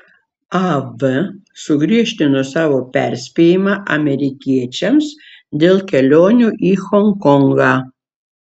av sugriežtino savo perspėjimą amerikiečiams dėl kelionių į honkongą